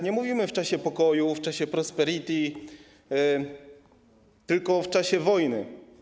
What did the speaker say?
Nie mówimy o czasie pokoju, czasie prosperity, tylko w czasie wojny.